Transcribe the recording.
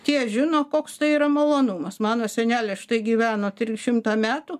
tie žino koks tai yra malonumas mano senelė štai gyveno šimtą metų